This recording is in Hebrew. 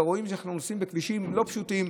ורואים שאנחנו נוסעים בכבישים לא פשוטים,